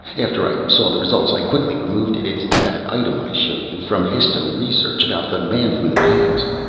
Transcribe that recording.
after i saw the results i quickly removed it. it's that item i showed you. from histo-research. about the man from the past.